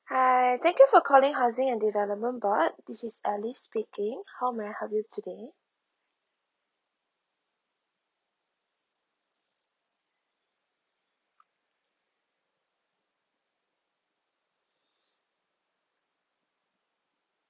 hi thank you for calling housing and development board his is alice speaking how may I help you today